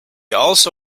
also